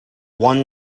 won